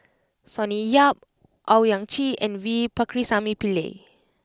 Sonny Yap Owyang Chi and V Pakirisamy Pillai